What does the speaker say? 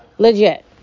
Legit